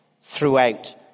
throughout